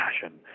passion